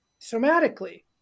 somatically